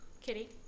Kitty